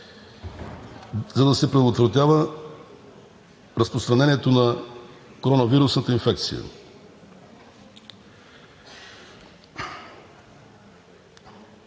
за да се предотвратява разпространението на коронавирусната инфекция.